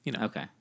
Okay